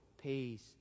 peace